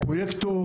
לפרויקטור,